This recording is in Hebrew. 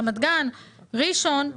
רמת גן וראשון לציון,